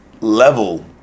level